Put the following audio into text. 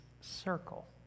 circle